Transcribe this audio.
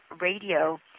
radio